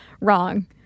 wrong